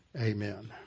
Amen